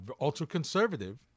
ultra-conservative